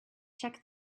check